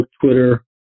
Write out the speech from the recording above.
Twitter